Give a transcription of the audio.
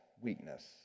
weakness